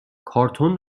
کارتن